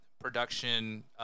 production